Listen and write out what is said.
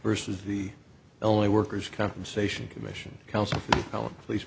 versus the only workers compensation commission counsel oh please